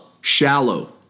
shallow